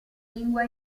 lingua